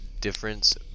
difference